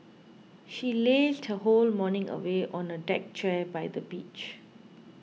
she lazed her whole morning away on a deck chair by the beach